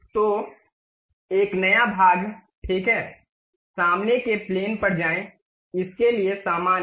तो एक नया भाग ठीक है सामने के प्लेन पर जाएं इसके लिए सामान्य